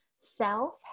Self